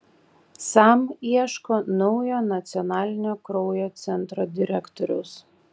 sam ieško naujo nacionalinio kraujo centro direktoriaus